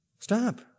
Stop